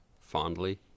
fondly